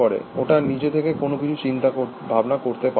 ওটা নিজে থেকে কোনো কিছু চিন্তা ভাবনা করে না